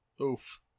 Oof